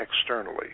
externally